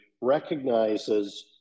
recognizes